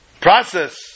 process